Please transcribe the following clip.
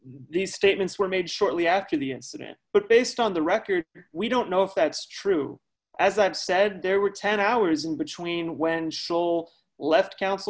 these statements were made shortly after the incident but based on the record we don't know if that's true as i've said there were ten hours in between when shoal left coun